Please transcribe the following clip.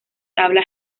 tabla